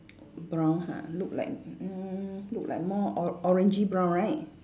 brown ha look like mm look like more or~ orangey brown right